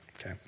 Okay